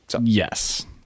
Yes